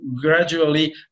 gradually